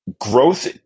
growth